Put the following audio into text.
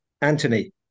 Anthony